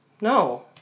No